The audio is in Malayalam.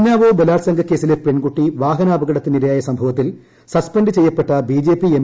ഉന്നാവോ ബലാത്സംഗ കേസിലെ പെൺകുട്ടി വാഹനപകടത്തിന് ഇരയായ സംഭവത്തിൽ സസ്പെന്റ് ചെയ്ത ബിജെപി എം